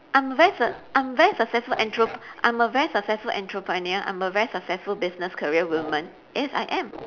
I'm a very s~ I'm a very successful entrep~ I'm a very successful entrepreneur I'm a very successful business career woman yes I am